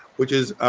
which is.